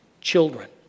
children